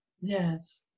Yes